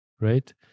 right